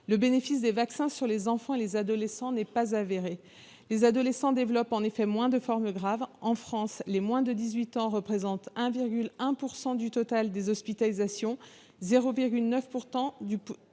Le bénéfice des vaccins pour les enfants et les adolescents n'est pas avéré, les adolescents développant moins de formes graves. En France, les moins de 18 ans représentent 1,1 % du total des hospitalisations et 0,9 % du total